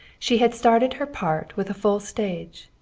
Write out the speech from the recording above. she had started her part with a full stage,